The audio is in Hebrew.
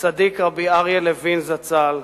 הצדיק רבי אריה לוין זצ"ל,